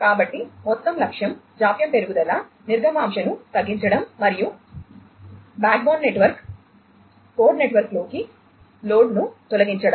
కాబట్టి మొత్తం లక్ష్యం జాప్యం పెరుగుదల నిర్గమాంశను తగ్గించడం మరియు బ్యాక్ బోన్ నెట్వర్క్లోకి లోడ్ను తొలగించడం